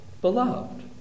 beloved